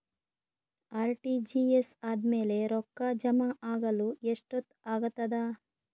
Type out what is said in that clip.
RTGS ಆದ್ಮೇಲೆ ರೊಕ್ಕ ಜಮಾ ಆಗಲು ಎಷ್ಟೊತ್ ಆಗತದ?